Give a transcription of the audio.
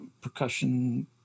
percussion